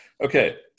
Okay